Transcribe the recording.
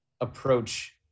approach